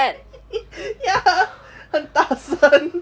ya 很大声